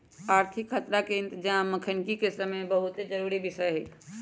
आर्थिक खतरा के इतजाम अखनीके समय में बहुते जरूरी विषय हइ